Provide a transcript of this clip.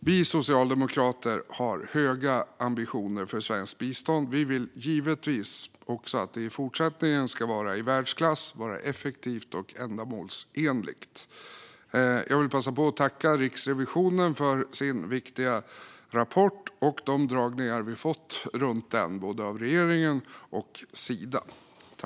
Vi socialdemokrater har höga ambitioner för svenskt bistånd, och vi vill givetvis att det även fortsättningsvis ska vara i världsklass, effektivt och ändamålsenligt. Jag vill passa på att tacka Riksrevisionen för dess viktiga rapport och de dragningar vi fått avseende den av både regeringen och Sida.